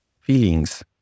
feelings